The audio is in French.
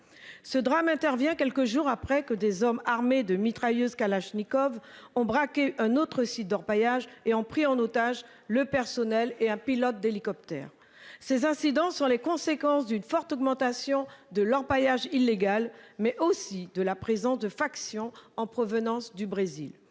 Ce drame intervient quelques jours après que des hommes armés de mitrailleuses Kalachnikov ont braqué un autre site d'orpaillage et ont pris en otage le personnel et un pilote d'hélicoptère. Ces incidents sur les conséquences d'une forte augmentation de l'orpaillage illégal mais aussi de la présence de factions en provenance du Brésil.